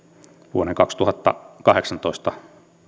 vuoden kaksituhattakahdeksantoista